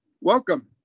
Welcome